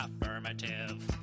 Affirmative